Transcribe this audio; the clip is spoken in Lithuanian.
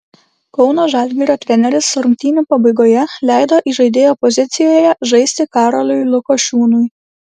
kauno žalgirio treneris rungtynių pabaigoje leido įžaidėjo pozicijoje žaisti karoliui lukošiūnui